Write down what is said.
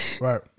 Right